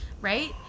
right